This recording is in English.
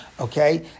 Okay